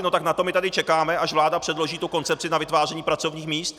No tak na to my tady čekáme, až vláda předloží koncepci na vytváření pracovních míst.